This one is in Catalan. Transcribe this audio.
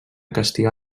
castigar